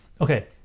okay